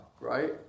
right